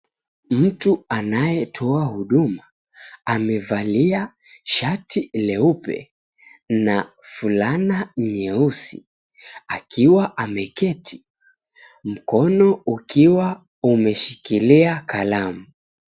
Mtu anayetoa huduma, amevalia shati leupe na vulana nyeusi, akiwa ameketi mkono ukiwa umeshikilia kalamu.